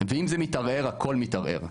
אם זה מתערער הכל מתערער.